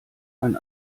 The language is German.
einen